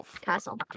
castle